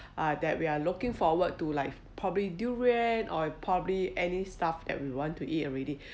uh that we are looking forward to like probably durian or probably any stuff that we want to eat already